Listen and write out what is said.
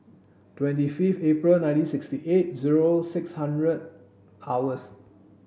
twenty fifith April nineteen sixty eight zero six hundred hours